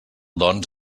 doncs